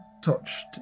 Touched